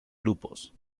grupos